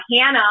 hannah